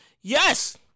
Yes